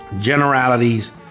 Generalities